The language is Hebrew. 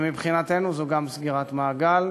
מבחינתנו זו גם סגירת מעגל,